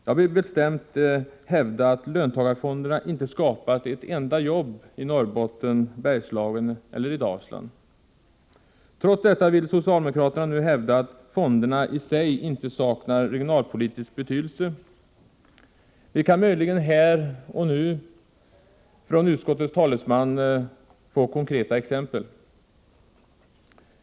Jag vill bestämt hävda att löntagarfonderna inte skapat ett enda jobb i Norrbotten, Bergslagen eller i Dalsland. Trots detta vill socialdemokraterna nu hävda att fonderna ”i sig inte saknar regionalpolitisk betydelse”. Kan vi möjligen här och nu från utskottets talesman få konkreta exempel?